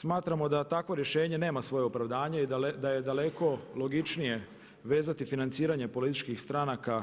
Smatramo da takvo rješenje nema svoje opravdanje i da je daleko logičnije vezati financiranje političkih stranaka